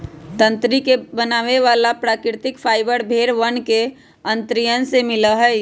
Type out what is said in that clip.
तंत्री के बनावे वाला प्राकृतिक फाइबर भेड़ वन के अंतड़ियन से मिला हई